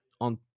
on